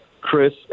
Chris